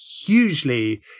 hugely